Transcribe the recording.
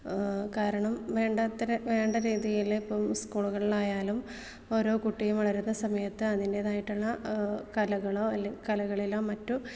കാരണം വേണ്ടാത്തര വേണ്ട രീതിയിൽ ഇപ്പം സ്കൂളുകളിലായാലും ഓരോ കുട്ടിയും വളരുന്ന സമയത്ത് അതിൻറ്റേതായിട്ടുള്ള കലകളോ അല്ലെ കലകളിലോ മറ്റു